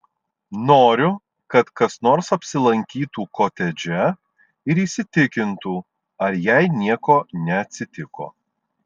noriu kad kas nors apsilankytų kotedže ir įsitikintų ar jai nieko neatsitiko